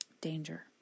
Danger